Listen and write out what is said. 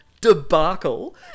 debacle